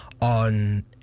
on